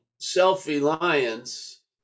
self-reliance